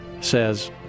says